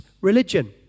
religion